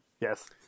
yes